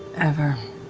ever.